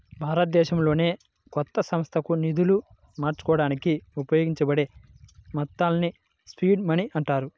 ప్రారంభదశలోనే కొత్త సంస్థకు నిధులు సమకూర్చడానికి ఉపయోగించబడే మొత్తాల్ని సీడ్ మనీ అంటారు